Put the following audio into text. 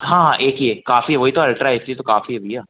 हाँ हाँ एक ही है काफ़ी है वही तो अल्ट्रा इसलिए तो काफ़ी है भैया